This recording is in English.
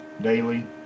daily